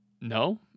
no